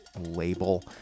label